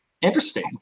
Interesting